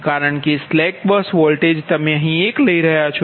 કારણ કે slack bus voltage તમે એક લઇ રહ્યા છો